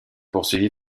poursuivi